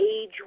age